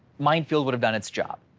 mind field would have done its job.